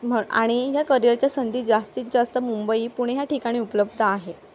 म्हण आणि ह्या करिअरच्या संधी जास्तीत जास्त मुंबई पुणे ह्या ठिकाणी उपलब्ध आहे